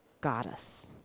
goddess